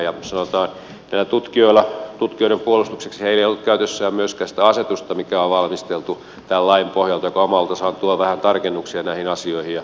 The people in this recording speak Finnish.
sanotaan näiden tutkijoiden puolustukseksi että heillä ei ollut käytössään myöskään sitä asetusta mikä on valmisteltu tämän lain pohjalta ja joka omalta osaltaan tuo vähän tarkennuksia näihin asioihin ja muihin vastaaviin